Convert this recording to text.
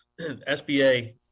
SBA